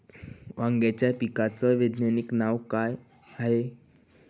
वांग्याच्या पिकाचं वैज्ञानिक नाव का हाये?